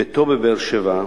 ביתו בבאר-שבע,